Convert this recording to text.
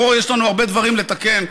יש לנו הרבה דברים לתקן בחברה.